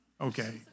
okay